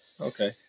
Okay